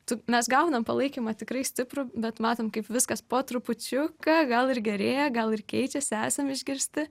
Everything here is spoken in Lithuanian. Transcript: tu mes gaunam palaikymą tikrai stiprų bet matom kaip viskas po trupučiuką gal ir gerėja gal ir keičiasi esam išgirsti